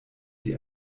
die